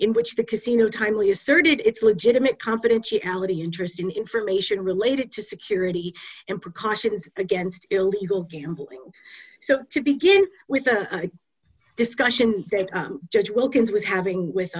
in which the casino timely asserted its legitimate confidentiality interest in information related to security and precautions against illegal gambling so to begin with a discussion that judge wilkins was having